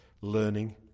learning